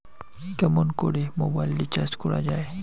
কেমন করে mobile recharge করা য়ায়?